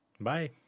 bye